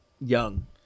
young